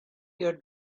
your